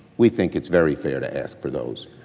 we think it's very fair to ask for those.